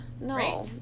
no